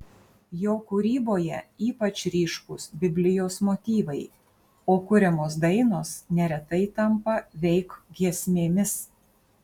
jo kūryboje ypač ryškūs biblijos motyvai o kuriamos dainos neretai tampa veik giesmėmis